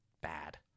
Bad